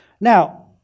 Now